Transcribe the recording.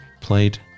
played